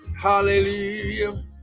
Hallelujah